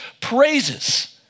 praises